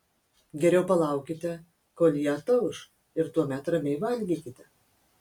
geriau palaukite kol ji atauš ir tuomet ramiai valgykite